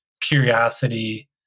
curiosity